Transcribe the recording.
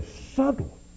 subtle